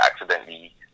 accidentally